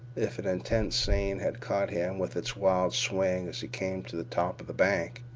if an intense scene had caught him with its wild swing as he came to the top of the bank,